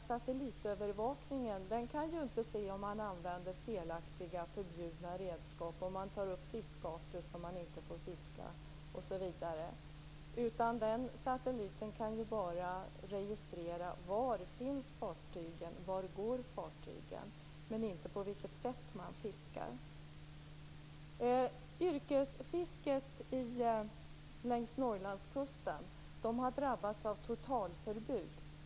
Satellitövervakningen kan ju inte se om man använder felaktiga och förbjudna redskap, tar upp fiskarter som man inte får fiska osv. Satelliten kan ju bara registrera var fartygen finns och var de går. De kan inte registrera på vilket sätt man fiskar. Yrkesfiskarna längs Norrlandskusten har drabbats av totalförbud.